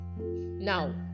Now